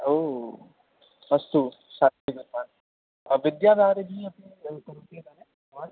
ओ अस्तु विद्यावारिधिम् अपि करोति इदानीं भवान्